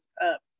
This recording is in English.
up